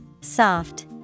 Soft